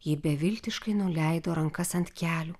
ji beviltiškai nuleido rankas ant kelių